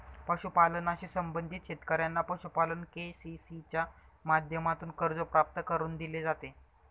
पशुपालनाशी संबंधित शेतकऱ्यांना पशुपालन के.सी.सी च्या माध्यमातून कर्ज प्राप्त करून दिले जाते